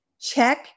check